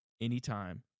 anytime